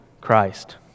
Christ